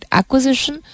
acquisition